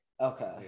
okay